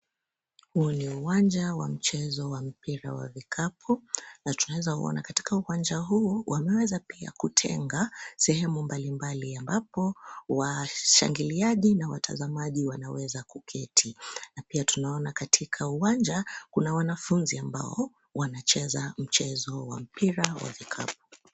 Huu ni uwanja wa mchezo wa mpira wa vikapu na tunaeza ona katika uwanja huu wameweza kutenga sehemu mbali mbali ambapo washangiliaji na watazamaji wanaweza kuketi, na pia tunaona katika uwanja kuna wanafunzi ambao wanacheza mchezo wa mpira wa vikapu.